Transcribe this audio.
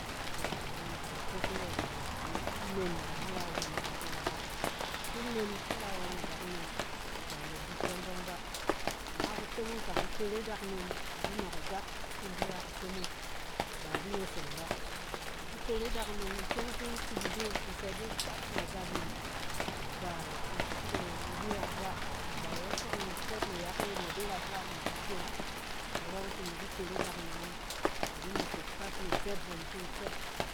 Tɔ! Mi tsin tos nayɛt naboos nɛk in men ba in ra won na dakunom bá, ki in men in ra won na dakunom, ba na di ikyɛng ɔng bá, ama kutomong kak, in ntere adakunom, a di nɔk agap fin in di ra kutomong, ba a di wosong bá, ntere adakunom ikyɛng fi in tup ide kpaf! Na agap in, ba fok ye i di rat bá, ba we fok i di rat bá, ba we fok in tsɛt nayak e na di ra bá, na di kyem, karɔ ɔng fɛ imi di ntere adakunom ɔng. A di nesek kpaf ni itsɛt hom fi in tsɛt.